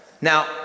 Now